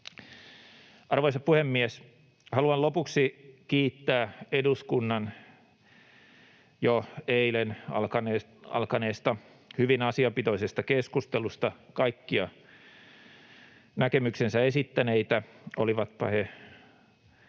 Arvoisa puhemies! Haluan lopuksi kiittää eduskunnan jo eilen alkaneesta hyvin asiapitoisesta keskustelusta kaikkia näkemyksensä esittäneitä, olivatpa he